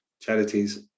charities